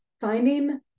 finding